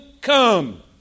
come